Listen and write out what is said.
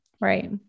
Right